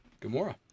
Gamora